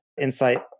insight